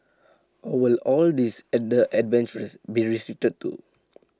or will all these other adventures be restricted too